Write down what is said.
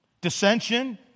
dissension